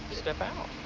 step out.